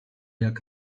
jak